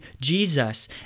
Jesus